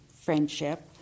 friendship